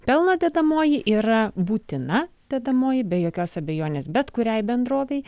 pelno dedamoji yra būtina dedamoji be jokios abejonės bet kuriai bendrovei